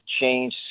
change